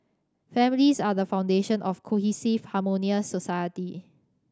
families are the foundation of cohesive harmonious society